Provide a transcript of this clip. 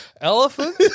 Elephant